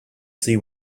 see